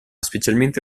specialmente